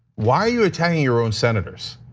why are you attacking your own senators?